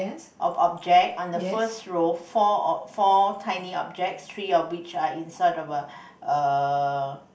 of objects on the first row four or four tiny objects three of which are inside of a err